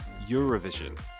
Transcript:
eurovision